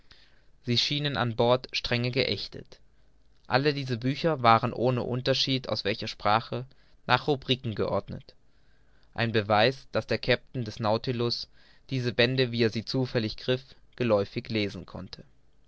sie schienen an bord strenge geächtet alle diese bücher waren ohne unterschied aus welcher sprache nach rubriken geordnet ein beweis daß der kapitän des nautilus die bände wie er sie zufällig griff geläufig lesen konnte